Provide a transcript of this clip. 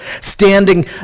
standing